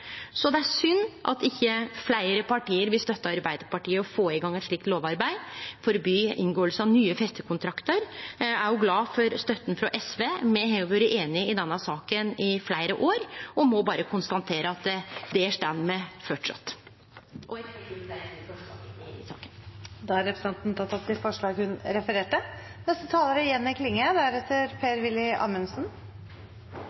Det er synd at ikkje fleire parti vil støtte Arbeidarpartiet og få i gang eit slikt lovarbeid, og forby inngåing av nye festekontraktar. Eg er glad for støtta frå SV. Me har vore einige i denne saka i fleire år og må berre konstatere at der står me framleis. Eg tek opp dei to forslaga i saka. Representanten Lene Vågslid har tatt opp de forslagene hun refererte